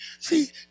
See